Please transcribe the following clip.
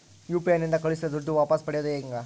UPI ನಿಂದ ಕಳುಹಿಸಿದ ದುಡ್ಡು ವಾಪಸ್ ಪಡೆಯೋದು ಹೆಂಗ?